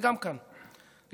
וגם כאן נתווכח.